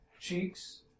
cheeks